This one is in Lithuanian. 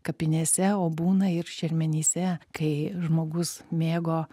kapinėse o būna ir šermenyse kai žmogus mėgo